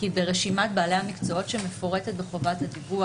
כי ברשימת בעלי המקצועות שמפורטת בחובת הדיווח